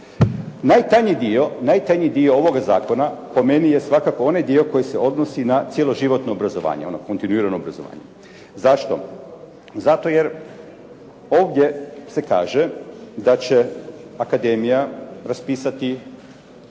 Najtanji dio ovoga zakona po meni je svakako onaj dio koji se odnosi na cjeloživotno obrazovanje, ono kontinuirano obrazovanje. Zašto? Zato jer ovdje se kaže da će akademija raspisati